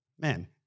man